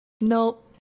Nope